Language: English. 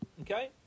okay